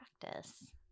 practice